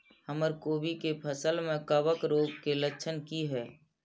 हमर कोबी के फसल में कवक रोग के लक्षण की हय?